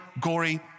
gory